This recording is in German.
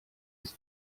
ist